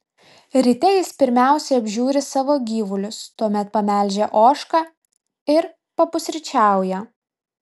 ryte jis pirmiausia apžiūri savo gyvulius tuomet pamelžia ožką ir papusryčiauja